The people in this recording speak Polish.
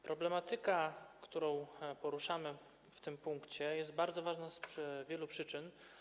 Problematyka, którą poruszamy w tym punkcie, jest bardzo ważna z wielu przyczyn.